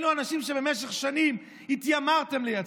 אלו האנשים שבמשך שנים התיימרתם לייצג.